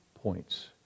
points